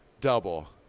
Double